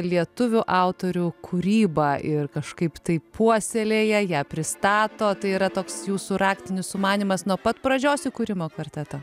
lietuvių autorių kūrybą ir kažkaip taip puoselėja ją pristato tai yra toks jūsų raktinis sumanymas nuo pat pradžios įkūrimo kvarteto